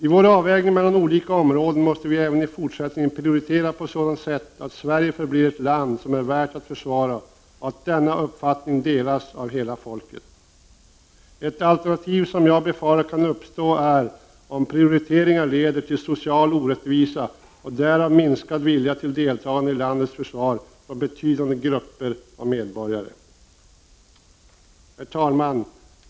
I vår avvägning mellan olika områden måste vi även i fortsättningen priori tera på sådant sätt att Sverige förblir ett land som är värt att försvara och att denna uppfattning delas av hela folket. Ett alternativ som jag befarar kan uppstå är om prioriteringar leder till social orättvisa och därav betingad minskad vilja till deltagande i landets försvar hos betydande grupper av medborgare. Herr talman!